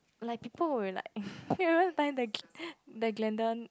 like people will be like you know the time gl~ the Glendon